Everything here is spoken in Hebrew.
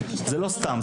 זה לא סתם,